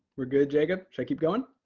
we're good, jacob. should i keep going?